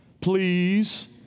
please